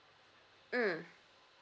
mm